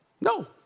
No